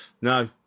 no